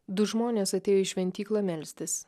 du žmonės atėjo į šventyklą melstis